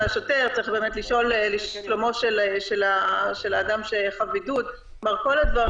השוטר צריך לשאול לשלומו של האדם שחב בידוד וכו'.